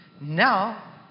Now